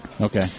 Okay